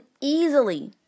easily